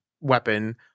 weapon